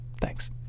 Thanks